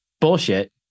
bullshit